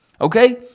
Okay